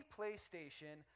PlayStation